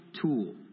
tool